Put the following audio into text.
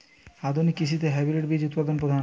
আধুনিক কৃষিতে হাইব্রিড বীজ উৎপাদন প্রধান